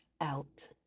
out